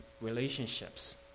relationships